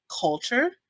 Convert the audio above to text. culture